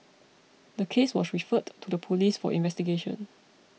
the case was referred to the police for investigation